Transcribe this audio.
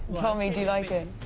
tell me, do you like it?